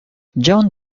john